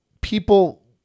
people